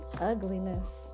Ugliness